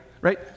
Right